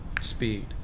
speed